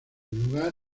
lugar